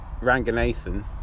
Ranganathan